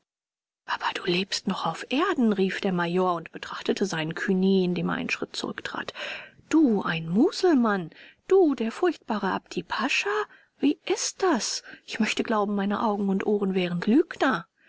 aber du lebst noch auf erden rief der major und betrachtete seinen cugny indem er einen schritt zurücktrat du ein muselmann du der furchtbare apti pascha wie ist das ich möchte glauben meine augen und ohren wären lügner